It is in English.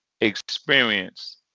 experience